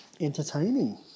entertaining